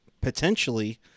potentially